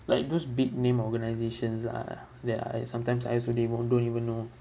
like those big-name organisations ah that I sometimes I also they won't don't even know